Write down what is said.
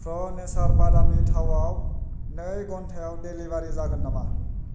प्र' नेचार बादामनि थावआव नै घन्टायाव डेलिबारि जागोन नामा